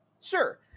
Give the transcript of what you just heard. Sure